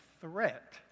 threat